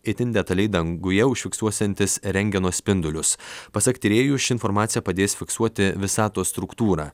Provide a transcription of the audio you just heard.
itin detaliai danguje užfiksuosiantis rentgeno spindulius pasak tyrėjų ši informacija padės fiksuoti visatos struktūrą